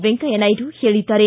ವೆಂಕಯ್ಯ ನಾಯ್ಡು ಹೇಳಿದ್ದಾರೆ